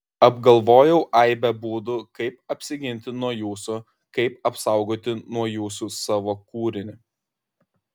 apgalvojau aibę būdų kaip apsiginti nuo jūsų kaip apsaugoti nuo jūsų savo kūrinį